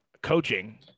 coaching